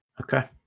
Okay